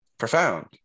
Profound